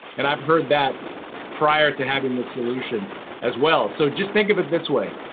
and i've heard that prior to having the solution as well, so just think of it this way,